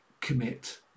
commit